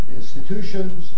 institutions